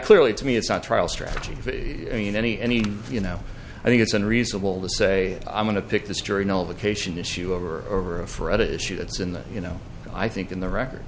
clearly to me as a trial strategy in any any you know i think it's unreasonable to say i'm going to pick this jury nullification issue over over a for other issue that's in the you know i think in the record